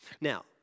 Now